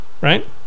right